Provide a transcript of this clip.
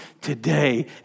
today